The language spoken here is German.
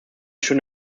schön